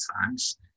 times